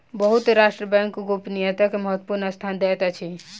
बहुत राष्ट्र बैंक गोपनीयता के महत्वपूर्ण स्थान दैत अछि